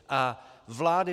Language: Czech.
A vlády?